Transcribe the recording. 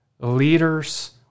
Leaders